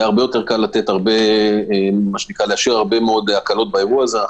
היה הרבה יותר קל לאשר הרבה מאוד הקלות באירוע הזה.